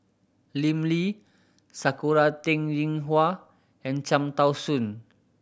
Lim Lee Sakura Teng Ying Hua and Cham Tao Soon